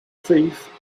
thief